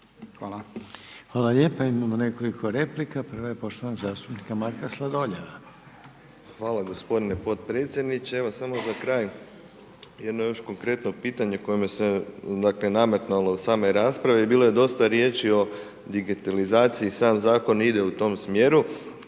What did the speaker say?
(HDZ)** Hvala lijepo. Imamo nekoliko replika. Prva je poštovanog zastupnika Marka Sladoljeva. **Sladoljev, Marko (MOST)** Hvala g. potpredsjedniče. Evo, samo za kraj jedno još konkretno pitanje koje mi se, dakle, nametnulo od same rasprave i bilo je dosta riječi o digitalizaciji, sam Zakon ide u tom smjeru.